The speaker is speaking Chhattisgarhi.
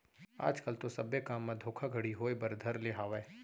आज कल तो सब्बे काम म धोखाघड़ी होय बर धर ले हावय